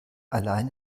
allein